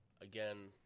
again